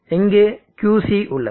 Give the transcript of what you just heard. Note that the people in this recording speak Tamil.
இங்கு Qc உள்ளது